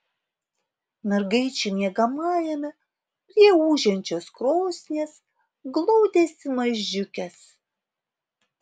mergaičių miegamajame prie ūžiančios krosnies glaudėsi mažiukės